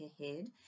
ahead